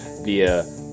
via